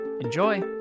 Enjoy